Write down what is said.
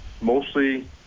mostly